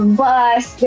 bus